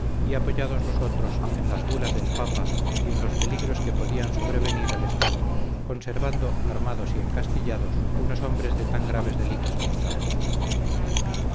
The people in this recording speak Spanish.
y apoyados los otros en las bulas del papa y en los peligros que podían sobrevenir al estado conservando armados y encastillados unos hombres de tan graves delitos acusados